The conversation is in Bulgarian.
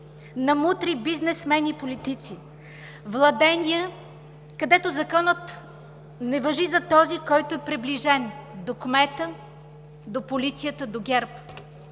на мутри, бизнесмени, политици. Владения, където законът не важи за този, който е приближен до кмета, до полицията, до ГЕРБ.